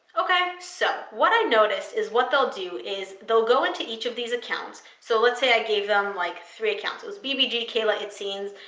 okay, so what i noticed is what they'll do is they'll go into each of these accounts. so let's say i gave them like three accounts. it was bbg, kayla itsines,